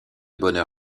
bonheur